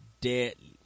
deadly